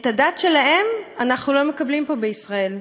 את הדת שלהם אנחנו לא מקבלים פה בישראל.